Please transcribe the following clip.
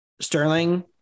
Sterling